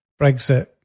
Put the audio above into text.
Brexit